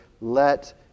let